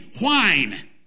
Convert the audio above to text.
whine